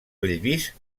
bellvís